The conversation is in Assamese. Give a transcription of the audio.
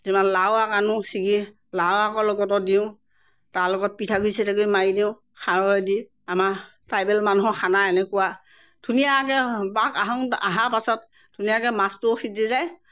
কেতিয়াবা লাও আগ আনো ছিগি লাও আগৰ লগতো দিওঁ তাৰ লগত পিঠাগুৰি ছিঠাগুৰি মাৰি দিওঁ খাৰদি আমাৰ ট্ৰাইবেল মানুহৰ খানা এনেকুৱা ধুনীয়াকৈ পাক আহোঁ আহোঁতে পাছত ধুনীয়াকৈ মাছটোও সিজি যায়